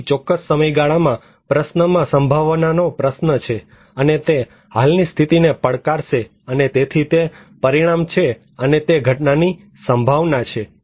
તેથી ચોક્કસ સમયગાળાના પ્રશ્નમાં સંભાવના નો પ્રશ્ન છે અને તે હાલની સ્થિતિને પડકારશે અને તેથી તે પરિણામ છે અને તે ઘટનાની સંભાવના છે